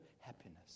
happiness